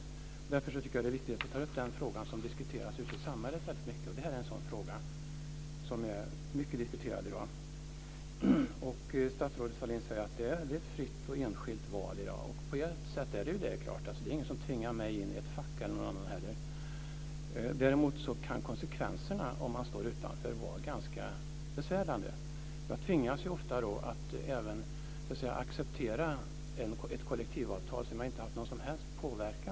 Jag tycker därför att det är viktigt att ta upp frågor som diskuteras mycket ute i samhället, och det här är en fråga som är mycket debatterad i dag. Statsrådet Sahlin säger att det är fråga om ett fritt och enskilt val i dag, och på ett sätt är det så. Ingen tvingar in mig eller någon annan i ett fack. Däremot kan konsekvenserna av att stå utanför vara ganska besvärande. Man tvingas ofta att acceptera ett kollektivavtal som man inte på något som helst sätt har kunnat påverka.